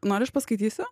nori aš paskaitysiu